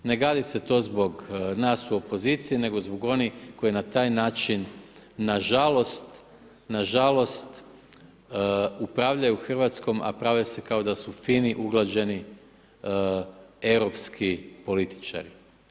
Ne gadi se to zbog nas u opoziciji, nego zbog onih koji na taj način na žalost upravljaju Hrvatskom, a prave se kao da su fini, uglađeni europski političari.